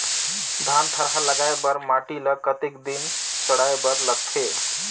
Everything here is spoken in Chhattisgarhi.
धान थरहा लगाय बर माटी ल कतेक दिन सड़ाय बर लगथे?